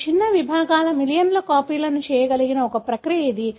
మీరు చిన్న విభాగాల మిలియన్ల కాపీలను చేయగల ఒక ప్రక్రియ ఇది